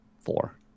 four